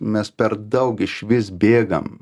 mes per daug išvis bėgam